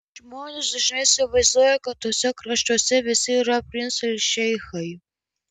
žmonės dažnai įsivaizduoja kad tuose kraštuose visi yra princai ir šeichai